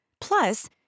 Plus